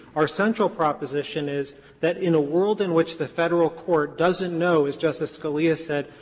our central proposition is that in a world in which the federal court doesn't know, as justice scalia said,